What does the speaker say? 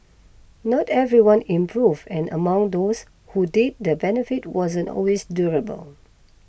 not everyone improved and among those who did the benefit wasn't always durable